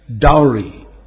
dowry